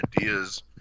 ideas